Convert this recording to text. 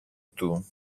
του